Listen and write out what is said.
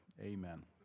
amen